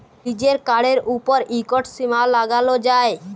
লিজের কাড়ের উপর ইকট সীমা লাগালো যায়